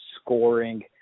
scoring